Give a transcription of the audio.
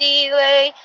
delay